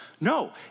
No